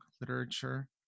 literature